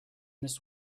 this